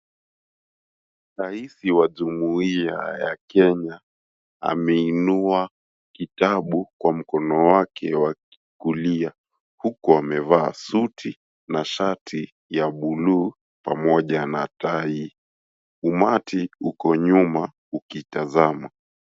Raisi wa Jumuiya ya Kenya ameinua kitabu kwa mkono wake wa kulia, huku amevaa suti na shati ya buluu, pamoja na tai. Umati uko nyuma ukitazama.